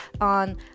on